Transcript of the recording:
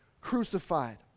crucified